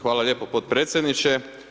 Hvala lijepo podpredsjedniče.